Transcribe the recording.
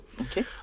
Okay